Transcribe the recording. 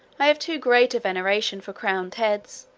i have too great a veneration for crowned heads,